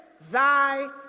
thy